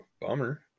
Bummer